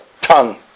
tongue